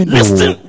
Listen